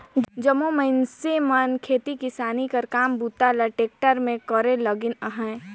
जम्मो मइनसे मन खेती किसानी कर काम बूता ल टेक्टर मे करे लगिन अहे